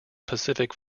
pacific